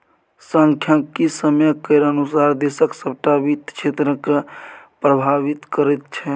सांख्यिकी समय केर अनुसार देशक सभटा वित्त क्षेत्रकेँ प्रभावित करैत छै